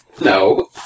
No